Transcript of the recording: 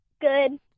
Good